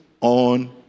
on